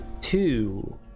two